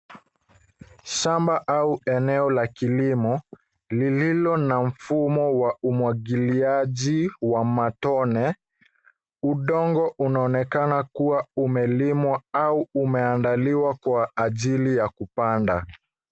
Shamba au eneo la kilimo lililo na mfumo wa umwagiliaji wa matone. Udongo unaonekana kuwa umelimwa au umeandaliwa kwa ajili ya kupanda.